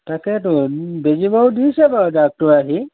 তাকেটো বেজী বাৰু দিছে বাৰু ডাক্তৰে আহি